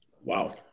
Wow